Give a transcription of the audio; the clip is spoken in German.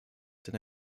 denn